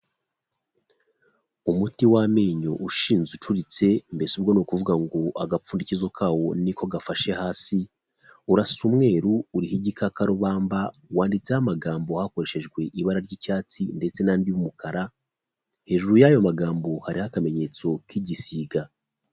Umuti w'amenyo ushinze ucuritse mbese ubwo ni ukuvuga ngo agapfundikizo kawo niko gafashe hasi, urasa umweru uriho igikakarubamba wanditseho amagambo hakoreshejwe ibara ry'icyatsi ndetse n'andi y'umukara, hejuru y'ayo magambo hariho akamenyetso k'igisiga.